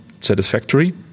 satisfactory